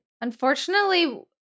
Unfortunately